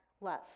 love